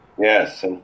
Yes